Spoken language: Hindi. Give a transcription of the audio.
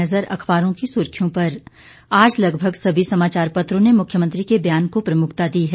एक नज़र अखबारों की सुर्खियों पर आज लगभग सभी समाचार पत्रों ने मुख्यमंत्री के बयान को प्रमुखता दी है